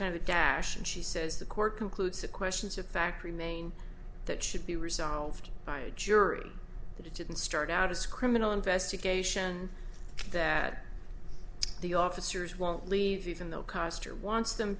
kind of a dash and she says the court concludes the questions of fact remain that should be resolved by a jury that it didn't start out as criminal investigation that the officers won't leave even though koster wants them